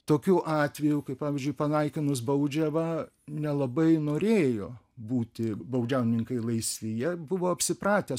tokių atvejų kai pavyzdžiui palaikinus baudžiavą nelabai norėjo būti baudžiauninkai laisvi jie buvo apsipratę